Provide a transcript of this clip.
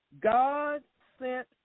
God-sent